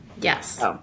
Yes